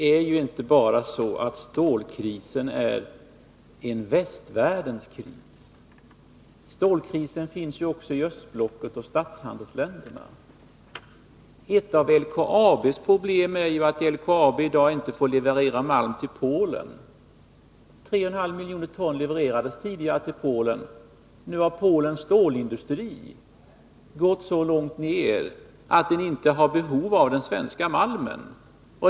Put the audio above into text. Fru talman! Stålkrisen är inte bara en västvärldens kris. Den finns ju också i östblocket och i statshandelsländerna. Ett av LKAB:s problem är att LKAB 29 inte får leverera malm till Polen. Tre och en halv miljon ton levererades tidigare. Nu har Polens stålindustri gått så långt ner att den inte har behov av den svenska malmen.